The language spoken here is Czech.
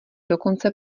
dokonce